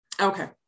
Okay